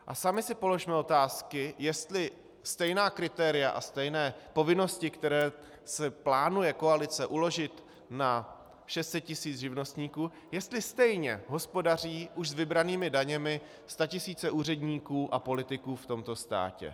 A sami si položme otázky, jestli stejná kritéria a stejné povinnosti, které plánuje koalice uložit na 600 tisíc živnostníků, jestli stejně hospodaří už s vybranými daněmi statisíce úředníků a politiků v tomto státě.